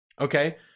Okay